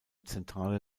zentrale